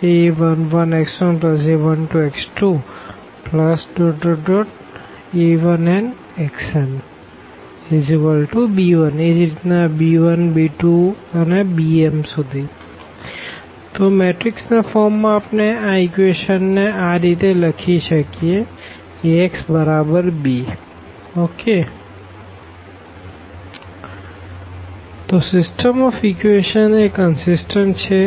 a11x1a12x2a1nxnb1 a21x1a22x2a2nxnb2 am1x1am2x2⋯amnxnbm તો matrix ના form માં આપણે આ ઇક્વેશન ને આ રીતે લખી શકીએ A x બરાબર bતો Axb A a11 a12 a1n a21 a22 a2n ⋱ am1 am2 amn xx1 x2 xn b b1 b2 bm તોસીસ્ટમ ઓફ ઇક્વેશંસ એ કંસીસટન્ટ છે